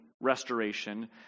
restoration